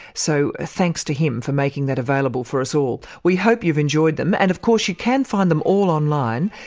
so thanks to him, for making that available for us all. we hope you've enjoyed them, and of course you can find them all online.